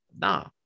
No